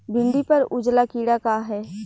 भिंडी पर उजला कीड़ा का है?